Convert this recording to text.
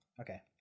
Okay